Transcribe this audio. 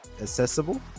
accessible